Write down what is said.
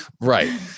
Right